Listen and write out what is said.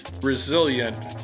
resilient